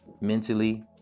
mentally